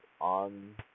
on